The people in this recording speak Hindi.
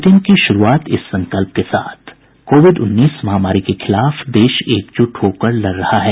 बुलेटिन की शुरूआत इस संकल्प के साथ कोविड उन्नीस महामारी के खिलाफ देश एकजुट होकर लड़ रहा है